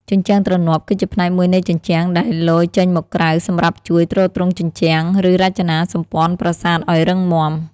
ជញ្ជាំងទ្រនាប់ គឺជាផ្នែកមួយនៃជញ្ជាំងដែលលយចេញមកក្រៅ សម្រាប់ជួយ ទ្រទ្រង់ជញ្ជាំង ឬរចនាសម្ព័ន្ធប្រាសាទឱ្យរឹងមាំ។